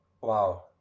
Wow